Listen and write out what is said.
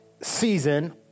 season